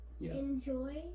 Enjoy